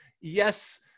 Yes